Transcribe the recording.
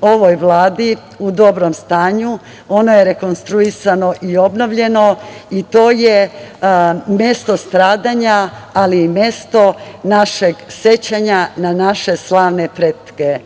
ovoj Vladi u dobrom stanju. Ono je rekonstruisano i obnovljeno i to je mesto stradanja, ali i mesto našeg sećanja na naše slavne pretke.